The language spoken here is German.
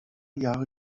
jahre